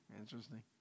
interesting